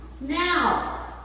Now